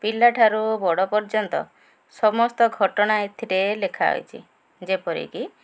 ପିଲା ଠାରୁ ବଡ଼ ପର୍ଯ୍ୟନ୍ତ ସମସ୍ତ ଘଟଣା ଏଥିରେ ଲେଖା ହୋଇଛି ଯେପରିକି